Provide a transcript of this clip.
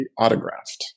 autographed